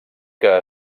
que